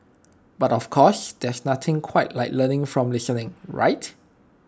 but of course there's nothing quite like learning from listening right